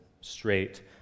straight